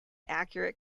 accurate